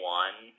one